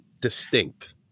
distinct